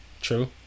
True